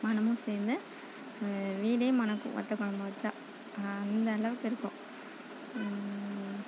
மணமும் சேர்ந்து வீடே மணக்கும் வத்தக்குழம்பு வச்சால் அந்த அளவுக்கு இருக்கும்